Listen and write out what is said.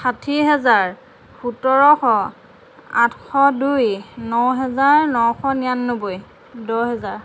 ষাঠি হেজাৰ সোতৰশ আঠশ দুই ন হেজাৰ নশ নিৰান্নব্বৈ দহ হেজাৰ